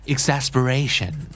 Exasperation